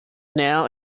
now